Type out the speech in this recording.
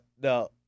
no